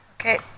Okay